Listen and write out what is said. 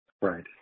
Right